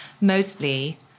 mostly